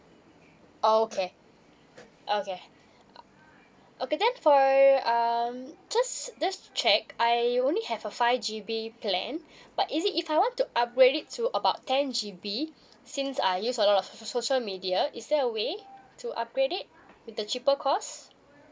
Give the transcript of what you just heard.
okay okay uh okay then for err just just to check I only have a five G_B plan but is if I want to upgrade it to about ten G_B since I use a lot of social media is there a way to upgrade it with the cheaper cost